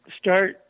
start